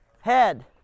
head